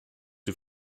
die